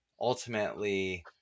ultimately